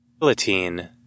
Guillotine